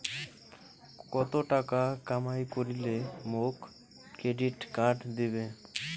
কত টাকা কামাই করিলে মোক ক্রেডিট কার্ড দিবে?